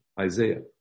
Isaiah